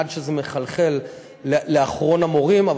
עד שזה מחלחל לאחרון המורים.